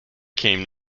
came